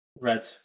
red